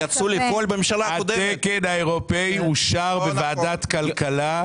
התקן האירופאי אושר בוועדת הכלכלה.